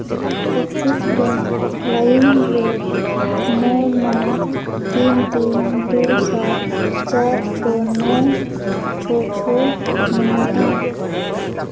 Axis bank ᱞᱟᱹᱭᱤᱢ ᱨᱮ ᱱᱚ ᱱᱚ ᱛᱤᱱ ᱛᱤᱱ ᱫᱩ ᱥᱟᱛ ᱪᱟᱨ ᱪᱷᱚ ᱱᱚ ᱪᱷᱚ ᱪᱷᱚ ᱢᱮᱱᱟᱜᱼᱟ